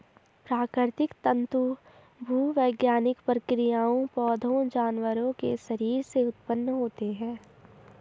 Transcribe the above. प्राकृतिक तंतु भूवैज्ञानिक प्रक्रियाओं, पौधों, जानवरों के शरीर से उत्पन्न होते हैं